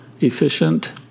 efficient